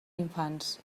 infants